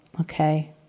okay